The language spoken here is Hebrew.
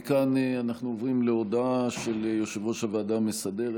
מכאן אנחנו עוברים להודעה של יושב-ראש הוועדה המסדרת,